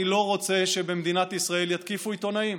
אני לא רוצה שבמדינת ישראל יתקיפו עיתונאים.